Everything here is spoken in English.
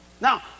now